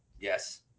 Yes